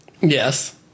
Yes